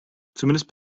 zumindest